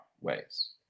ways